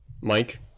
Mike